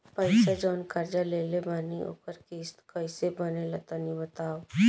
पैसा जऊन कर्जा लेले बानी ओकर किश्त कइसे बनेला तनी बताव?